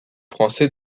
français